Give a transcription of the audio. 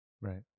Right